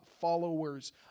followers